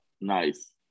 Nice